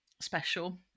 special